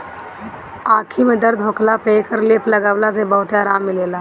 आंखी में दर्द होखला पर एकर लेप लगवला से बहुते आराम मिलेला